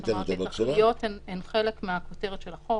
התכליות הן חלק מהכותרת של החוק.